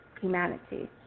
humanity